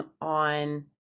on